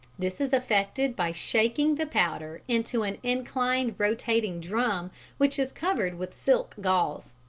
this is effected by shaking the powder into an inclined rotating drum which is covered with silk gauze.